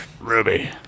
Ruby